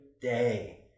day